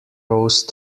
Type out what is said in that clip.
rose